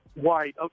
White